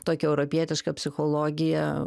tokią europietišką psichologiją